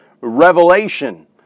revelation